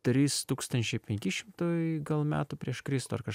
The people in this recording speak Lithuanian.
trys tūkstančiai penki šimtai gal metų prieš kristų ar kaž